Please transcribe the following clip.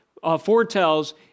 foretells